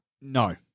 No